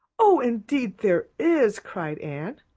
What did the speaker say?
oh, indeed there is, cried anne,